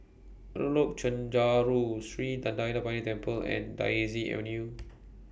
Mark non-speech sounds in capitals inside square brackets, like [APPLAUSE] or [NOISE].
[UNINTELLIGIBLE] Chencharu Sri Thendayuthapani Temple and Daisy Avenue [NOISE]